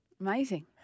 Amazing